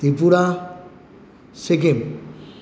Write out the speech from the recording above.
Tripura Sikkim